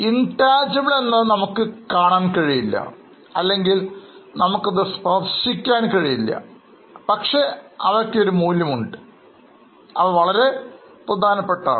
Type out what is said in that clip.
Intangible എന്നത് നമുക്ക് കാണാൻ കഴിയില്ല അല്ലെങ്കിൽ നമുക്ക് അത് സ്പർശിക്കാൻ കഴിയില്ല പക്ഷേ അവയ്ക്ക് ഒരു മൂല്യമുണ്ട് അവ നമുക്ക് വളരെ പ്രധാനപ്പെട്ടതാണ്